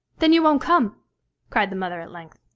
then you won't come cried the mother at length.